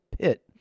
pit